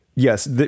Yes